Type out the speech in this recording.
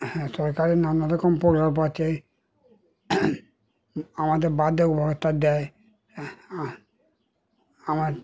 হ্যাঁ সরকারের নানারকম প্রকল্প আছে আমাদের বার্ধক্য ভাতা দেয় আমার